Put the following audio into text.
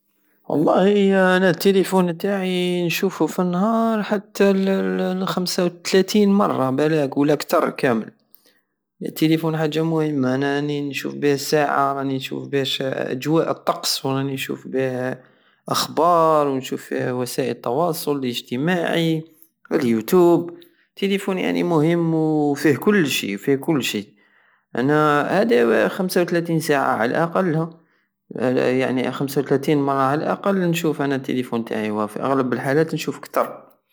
ولله انا التيليفون تاعي نشوفو فالنهار حتى للخمسة وتلاتين مرة بلاك ولا كتر كامل التيليفون حاجة مهمة انا نشوف بيه الساعة وراني نشوف بيه أجواء الطقس وراني نشوف بيه أخبار ونشوف فيه وسائل التواصل الاجتماعي اليوتوب التياسفون يعني مهم فيه كل شي فيه كل شي انا عندي خمسة وتلاتين ساعة على الاقل- يعني خمسة وتلاتين مرة على الاقل نشوف انا التيليفون تاعي وفي اغلب الحالات نشوف كتر